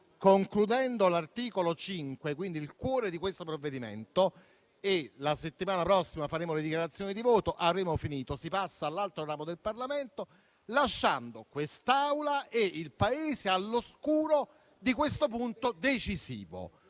l'esame dell'articolo 5, quindi il cuore di questo provvedimento, la settimana prossima faremo le dichiarazioni di voto e avremo finito, il testo passerà all'altro ramo del Parlamento, lasciando quest'Aula e il Paese all'oscuro di questo punto decisivo